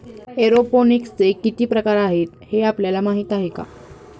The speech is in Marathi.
एरोपोनिक्सचे किती प्रकार आहेत, हे आपल्याला माहित आहे का?